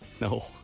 No